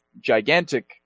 gigantic